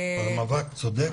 המאבק צודק.